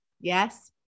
yes